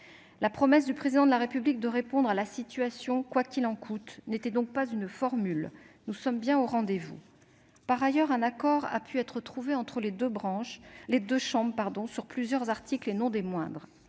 La promesse du Président de la République de répondre à la situation « quoi qu'il en coûte » n'était donc pas une formule ; nous sommes bien au rendez-vous. Par ailleurs, un accord a pu être trouvé entre les deux chambres, sur plusieurs articles, et non des moindres